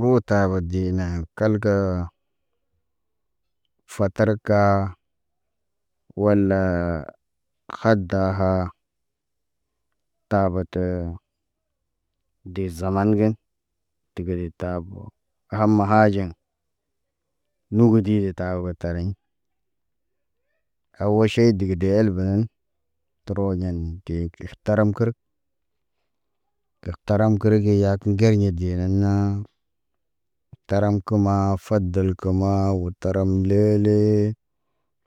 Oo taabo dina kəlkəə. Fatarkaa wala khadaha taaba təə. Dee zaman ge degede taabo ham- ma haaɟen. Nogodi de tabo tariɲ awal ʃey dəgə de elbeen təroyen dee kil taram kər. Gərtaram kərə ge yaakə gerɲe dee na naa. Taram kə maa, fadal kə maa wo ram lele